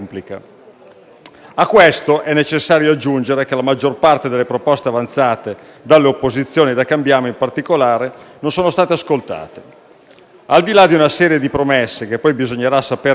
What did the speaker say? A questo è necessario aggiungere che la maggior parte delle proposte avanzate dalle opposizioni e da Cambiamo, in particolare, non sono state ascoltate. Al di là di una serie di promesse, che poi bisognerà saper realizzare